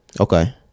okay